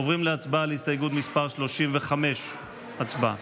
עוברים להצבעה על הסתייגות מס' 35. הסתייגות 35 לא נתקבלה.